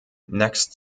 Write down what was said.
next